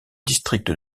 district